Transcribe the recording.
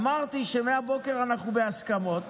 אמרתי שמהבוקר אנחנו בהסכמות